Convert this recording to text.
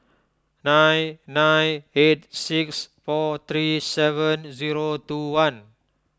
nine nine eight six four three seven zero two one